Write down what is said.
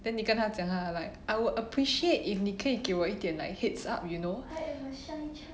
then 你跟他讲 lah like I would appreciate if 你可以给我一点 like heads up you know